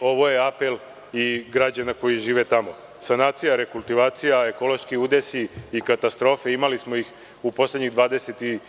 Ovo je apel i građana koji žive tamo. Sanacija, rekutivacija, ekološki udesi i katastrofe, imali smo ih u poslednjih 25 godina